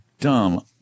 dumb